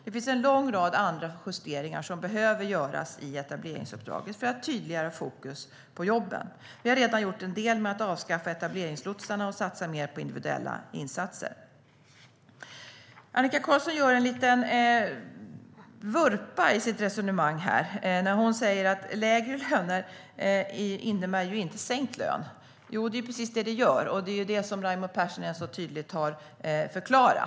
Det finns en lång rad andra justeringar som behöver göras i etableringsuppdraget för att få tydligare fokus på jobben. Vi har redan gjort en del genom att avskaffa etableringslotsarna och satsa mer på individuella insatser. Annika Qarlsson gör en liten vurpa i sitt resonemang. Hon säger att lägre löner inte innebär sänkt lön. Det är precis vad det gör. Det är det som Raimo Pärssinen så tydligt har förklarat.